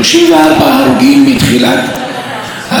דיונים על גבי דיונים בכנסת.